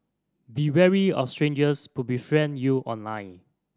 be wary of strangers who befriend you online